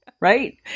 Right